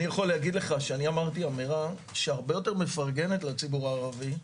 אני יכול להגיד לך שאני אמרתי אמירה שהרבה יותר מפרגנת לציבור הערבי,